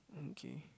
okay